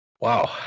wow